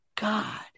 God